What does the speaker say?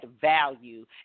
value